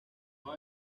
till